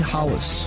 Hollis